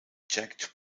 jagged